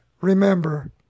remember